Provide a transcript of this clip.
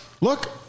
look